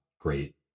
great